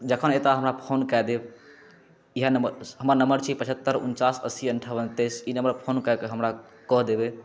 जखन एता हमरा फोन कए देब ईहा नम्बर हमर नम्बर छै पछहत्तरि उनचास अस्सी अँठावन तैइस ई नम्बर पर फोन हमरा कऽ देबै